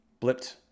blipped